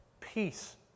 peace